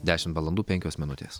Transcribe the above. dešimt valandų penkios minutės